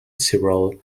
several